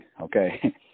okay